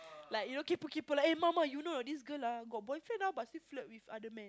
like you know kaypo kaypo eh mo mo you know or not this girl ah got boyfriend ah but still flirt with other men